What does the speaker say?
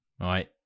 right